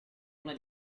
una